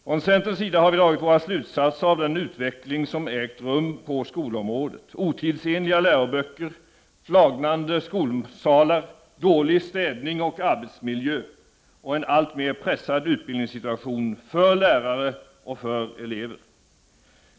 Från centerns sida har vi dragit våra slutsatser av den utveckling som har ägt rum på skolområdet — otidsenliga läroböcker, flagnande målning i skolsalar, dålig städning och arbetsmiljö och en alltmer pressad utbildningssituation för lärare och elever.